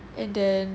and then